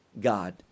God